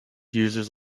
uses